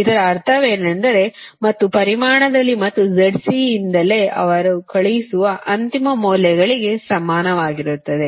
ಇದರ ಅರ್ಥವೇನೆಂದರೆ ಮತ್ತು ಪರಿಮಾಣದಲ್ಲಿ ಮತ್ತು Zc ಯಿಂದಲೇ ಅವರ ಕಳುಹಿಸುವ ಅಂತಿಮ ಮೌಲ್ಯಗಳಿಗೆ ಸಮಾನವಾಗಿರುತ್ತದೆ